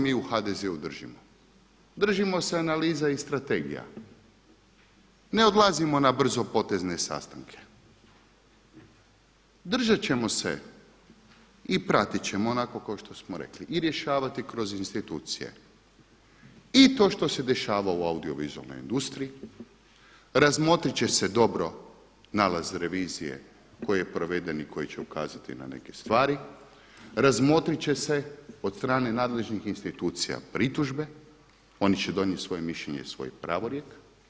Toga se mi u HDZ-u držimo, držimo se analiza i strategija, ne odlazimo na brzopotezne sastanke, držati ćemo se i pratiti ćemo onako kao što smo rekli i rješavati kroz institucije i to što se dešava u audiovizualnoj industriji, razmotriti će se dobro nalaz revizije koji je proveden i koji će ukazati na neke stvari, razmotriti će se od strane nadležnih institucije pritužbe, oni će donijeti svoje mišljenje, svoj pravorijek.